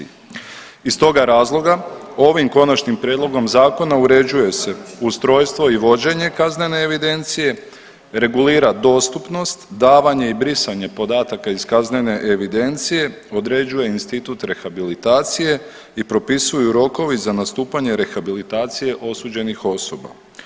Iz toga razloga ovim konačnim prijedlogom zakona uređuje se ustrojstvo i vođenje kaznene evidencije, regulira dostupnost, davanje i brisanje podataka iz kaznene evidencije, određuje Institut rehabilitacije i propisuju rokovi za nastupanje rehabilitacije osuđenih osoba.